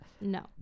No